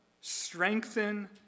strengthen